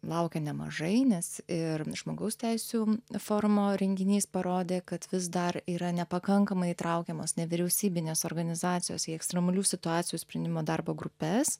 laukia nemažai nes ir žmogaus teisių forumo renginys parodė kad vis dar yra nepakankamai įtraukiamos nevyriausybinės organizacijos į ekstremalių situacijų sprendimo darbo grupes